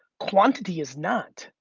quantity is not,